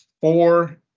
four